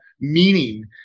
meaning